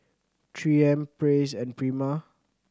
Three M Praise and Prima